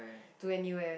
to anywhere